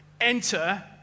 enter